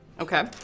Okay